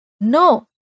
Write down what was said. No